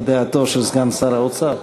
נשמע מה דעתו של סגן שר האוצר.